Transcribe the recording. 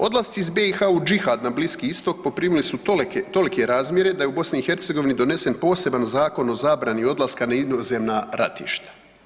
Odlasci iz BiH u džihad, na Bliski Istok, poprimili su tolike razmjere da je u BiH donesen poseban zakon o zabrani odlaska na inozemna ratišta.